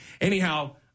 Anyhow